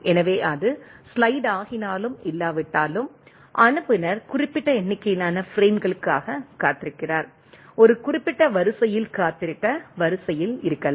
எனவே அது ஸ்லைடு ஆகினாலும் இல்லாவிட்டாலும் அனுப்புநர் குறிப்பிட்ட எண்ணிக்கையிலான பிரேம்களுக்காகக் காத்திருக்கிறார் ஒரு குறிப்பிட்ட வரிசையில் காத்திருக்க வரிசையில் இருக்கலாம்